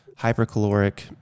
hypercaloric